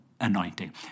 anointing